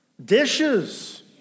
Dishes